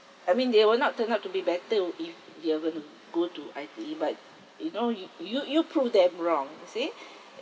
I mean they will not turn out to be better uh if they are going to go to I_T_E but you know you you you prove them wrong you see